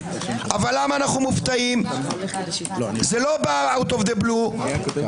אבל למה אנחנו מופתעים זה לא בא בהפתעה.